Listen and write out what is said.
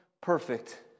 perfect